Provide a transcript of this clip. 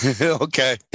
okay